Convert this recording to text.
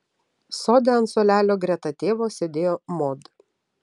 sode ant suolelio greta tėvo sėdėjo mod